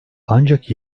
ancak